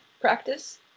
practice